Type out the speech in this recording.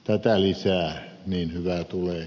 tätä lisää niin hyvä tulee